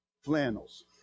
flannels